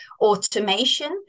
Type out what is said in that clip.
automation